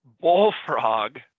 Bullfrog